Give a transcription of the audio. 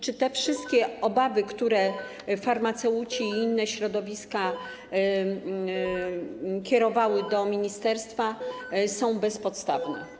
Czy te wszystkie obawy, które farmaceuci, a także inne środowiska, kierowali do ministerstwa, są bezpodstawne?